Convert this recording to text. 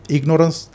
Ignorance